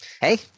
Hey